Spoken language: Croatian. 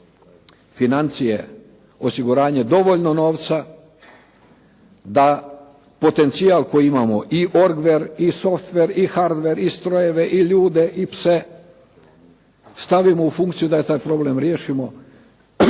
da potencijal koji imamo i orgver i softver i hardver i strojeve i ljude i pse stavimo u funkciju da i taj problem riješimo